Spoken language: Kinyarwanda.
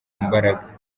mbaraga